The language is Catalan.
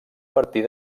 partir